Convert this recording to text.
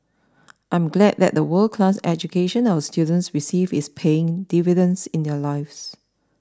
I am glad that the world class education our students receive is paying dividends in their lives